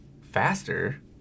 faster